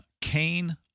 Cain